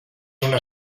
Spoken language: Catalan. una